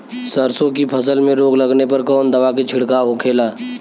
सरसों की फसल में रोग लगने पर कौन दवा के छिड़काव होखेला?